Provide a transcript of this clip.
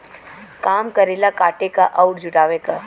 काम करेला काटे क अउर जुटावे क